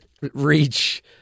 reach